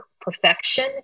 perfection